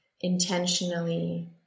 intentionally